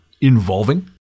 involving